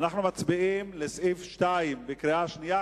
אנחנו מצביעים על סעיף 2 בקריאה שנייה,